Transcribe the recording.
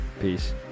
Peace